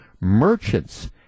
Merchants